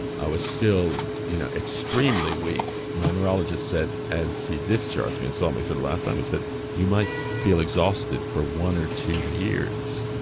i was still you know extremely weak. my neurologist said as he discharged me and saw me for the last time he said you might feel exhausted for one or two years.